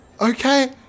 Okay